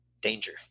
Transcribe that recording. danger